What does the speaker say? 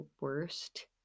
worst